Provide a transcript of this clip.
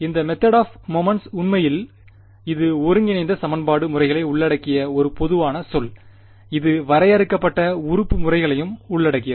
இந்த method of moments உண்மையில் இது ஒருங்கிணைந்த சமன்பாடு முறைகளை உள்ளடக்கிய ஒரு பொதுவான சொல் இது வரையறுக்கப்பட்ட உறுப்பு முறைகளையும் உள்ளடக்கியது